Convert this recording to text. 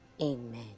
Amen